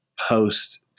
post